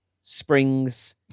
springs